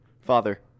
father